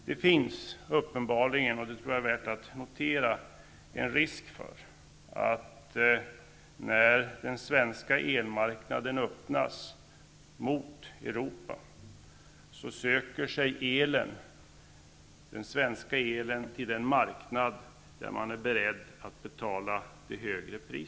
Det är värt att notera att det finns en uppenbarlig risk för att elen söker sig till den marknad, där man är beredd att betala ett högre pris, när den svenska elmarknaden öppnas mot Europa.